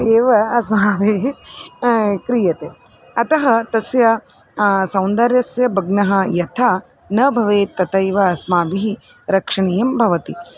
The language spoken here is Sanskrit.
एव अस्माभिः क्रियते अतः तस्य सौन्दर्यस्य भग्नः यथा न भवेत् तथैव अस्माभिः रक्षणीयं भवति